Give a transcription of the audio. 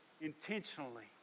intentionally